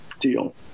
deal